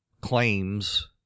claims